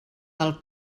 del